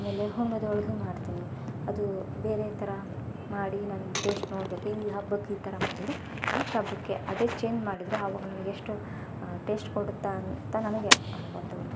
ಆಮೇಲೆ ಹುಣ್ಣುದ್ ಹೋಳಿಗೆ ಮಾಡ್ತೀನಿ ಅದು ಬೇರೆ ಥರ ಮಾಡಿ ನಾನು ಟೇಶ್ಟ್ ನೋಡಬೇಕು ಈ ಹಬ್ಬಕ್ಕೆ ಈ ಥರ ಮಾಡಿದರೆ ನೆಕ್ಸ್ಟ್ ಹಬ್ಬಕ್ಕೆ ಅದೇ ಚೇಂಜ್ ಮಾಡಿದರೆ ಆವಾಗ ನನಗೆ ಎಷ್ಟು ಟೇಶ್ಟ್ ಕೊಡುತ್ತೆ ಅಂತ ನನಗೆ ಒಂದು